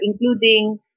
including